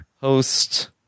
Host